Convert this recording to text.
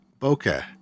bokeh